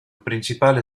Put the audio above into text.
principale